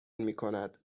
میکند